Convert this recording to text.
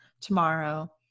tomorrow